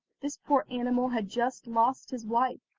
this poor animal had just lost his wife,